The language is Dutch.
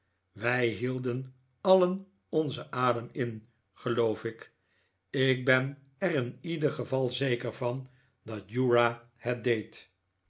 wij hielden alien onzen adem in geloof ik ik ben er in ieder geval zeker van dat uriah het deed